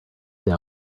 they